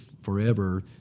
forever